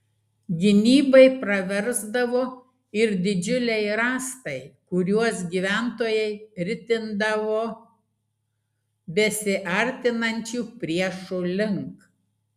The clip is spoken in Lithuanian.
gynybai praversdavo ir didžiuliai rąstai kuriuos gyventojai ritindavo besiartinančių priešų link